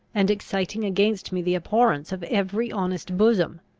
and exciting against me the abhorrence of every honest bosom,